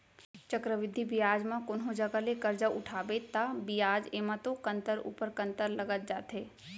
चक्रबृद्धि बियाज म कोनो जघा ले करजा उठाबे ता बियाज एमा तो कंतर ऊपर कंतर लगत जाथे